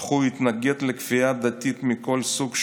אך הוא התנגד לכפייה דתית מכל סוג שהוא.